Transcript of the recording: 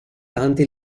tante